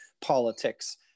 politics